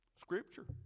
Scripture